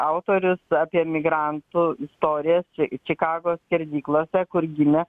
autorius apie emigrantų istorijas čikagos skerdyklose kur gimė